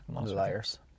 liars